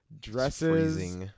dresses